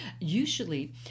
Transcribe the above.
Usually